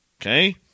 Okay